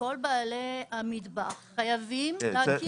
שכל בעלי המטבח חייבים להכיר אותם.